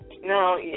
No